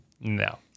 no